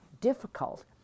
difficult